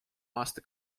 aasta